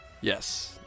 Yes